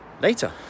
later